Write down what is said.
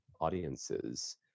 audiences